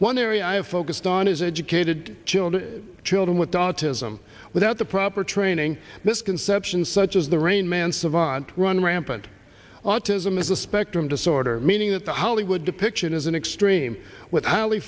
one area i have focused on is educated children children with autism without the proper training misconceptions such as the rain man savant run rampant autism is a spectrum disorder meaning that the hollywood depiction is an extreme w